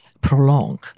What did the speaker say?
prolong